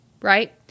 right